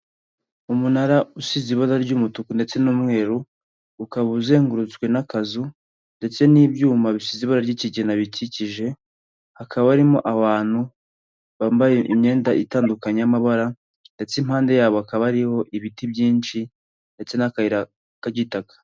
Umunara usize ibara ry'umutuku ndetse n'umweru, ukaba uzengurutswe n'akazu ndetse n'ibyuma bisize ibara ry'ikigina bikikije, hakaba harimo abantu bambaye imyenda itandukanye y'amabara ndetse impande yabo hakaba hariho ibiti byinshi ndetse n'akayira k'igitaka.